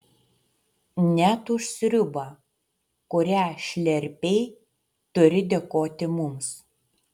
net už sriubą kurią šlerpei turi dėkoti mums